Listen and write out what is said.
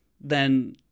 then-